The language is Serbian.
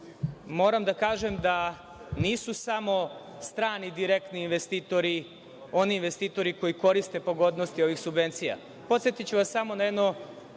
moram da kažem da nisu samo strani direktni investitori oni investitori koji koriste pogodnosti ovih subvencija. Podsetiću vas samo na jedno